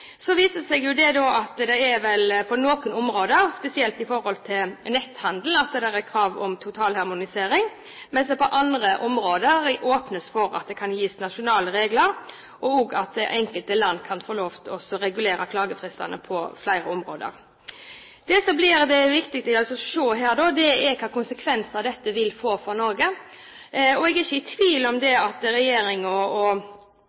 Så viser det seg at det på noen områder, spesielt når det gjelder netthandel, er krav om en totalharmonisering, mens det på andre områder åpnes for at det kan gis nasjonale regler, og at enkelte land kan få lov til å regulere klagefristene på flere områder. Det som det blir viktig å se på her, er hvilke konsekvenser dette vil få for Norge. Jeg er ikke i tvil om at regjeringen og kanskje de partiene som representerer Norge og